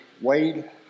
Wade